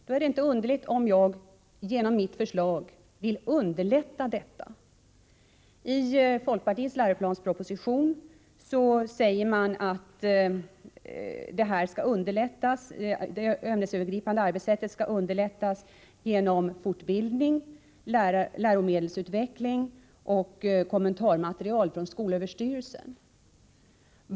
Då är det inte underligt om jag genom mitt förslag vill underlätta detta. I folkpartiets proposition om läroplanen sades att det ämnesövergripande arbetssättet skulle underlättas genom fortbildning, läromedelsutveckling och kommentarmaterial från skolöverstyrelsen.